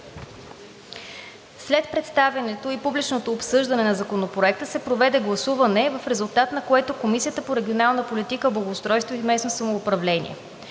След представянето и публичното обсъждане на Законопроекта се проведе гласуване, в резултат на което Комисията по регионална политика, благоустройство и местно самоуправление: